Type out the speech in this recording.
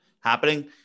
happening